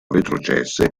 retrocesse